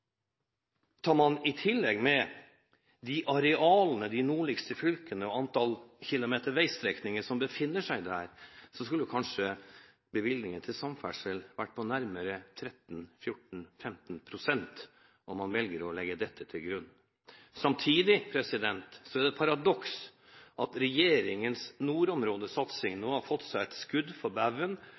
Tar man i tillegg med arealene i de nordligste fylkene og antall kilometer veistrekninger som befinner seg der, skulle kanskje bevilgningene til samferdsel vært på nærmere 13, 14 eller 15 pst., om man velger å legge dette til grunn. Samtidig er det et paradoks at regjeringens nordområdesatsing nå har fått seg et skudd for